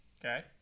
Okay